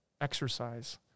exercise